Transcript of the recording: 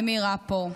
למי רע פה?